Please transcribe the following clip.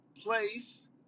place